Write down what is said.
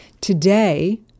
today